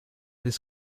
des